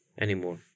anymore